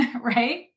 right